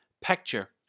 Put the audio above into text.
picture